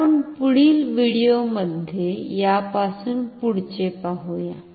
तर आपण पुढील व्हिडिओमध्ये यापासुन पुढचे पाहुया